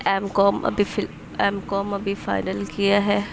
M com ابھی full M com ابھی final کیا ہے